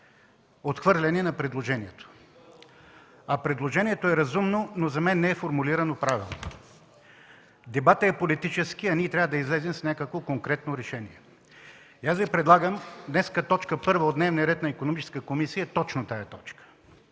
отхвърляне на предложението, а предложението е разумно, но за мен не е формулирано правилно. Дебатът е политически, а ние трябва да излезем с някакво конкретно решение. Днес точка първа от дневния ред на Икономическата комисия е точно тази точка.